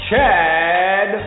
Chad